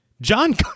John